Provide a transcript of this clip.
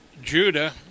Judah